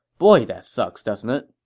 boy that sucks, doesn't it?